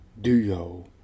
duo